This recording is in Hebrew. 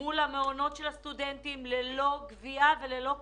מול המעונות של הסטודנטים, ללא גבייה וללא קנס.